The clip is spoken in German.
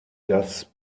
das